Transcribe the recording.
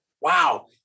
Wow